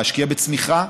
להשקיע בצמיחה,